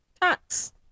tax